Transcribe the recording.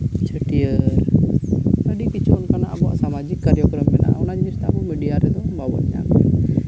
ᱪᱷᱟᱹᱴᱭᱟᱹᱨ ᱟᱹᱰᱤ ᱠᱤᱪᱷᱩ ᱚᱱᱠᱟᱱᱟᱜ ᱵᱷᱟᱥᱟ ᱢᱟ ᱚᱱᱟ ᱪᱮᱛᱟ ᱢᱤᱰᱤᱭᱟ ᱨᱮᱫᱚ ᱵᱟᱵᱚᱱ ᱧᱟᱢᱟ